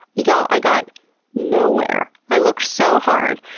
y'all, i got nowhere. i looked so hard.